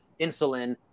insulin